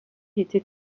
était